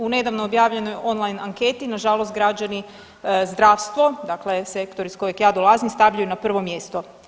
U nedavno objavljenoj online anketi, nažalost građani zdravstvo, dakle sektor iz kojeg ja dolazim, stavljaju na prvo mjesto.